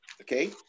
Okay